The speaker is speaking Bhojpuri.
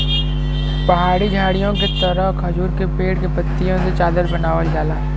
पहाड़ी झाड़ीओ के तरह खजूर के पेड़ के पत्तियों से चादर बनावल जाला